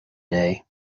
day